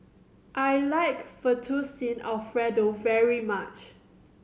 I like Fettuccine Alfredo very much